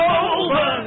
over